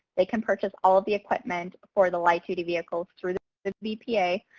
they can purchase all of the equipment for the light duty vehicles through the the bpa,